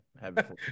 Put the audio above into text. Happy